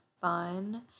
fun